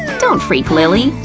don't freak, lilly,